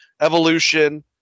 Evolution